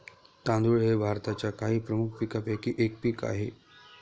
तांदूळ हे भारताच्या काही प्रमुख पीकांपैकी एक पीक आहे